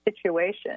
situation